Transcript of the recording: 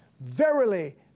Verily